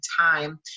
time